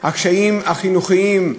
הקשיים החינוכיים,